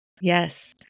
Yes